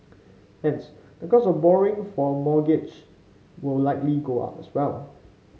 hence the cost of borrowing for a mortgage will likely go up as well